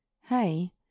hey